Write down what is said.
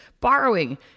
borrowing